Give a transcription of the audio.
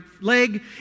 leg